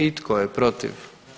I tko je protiv?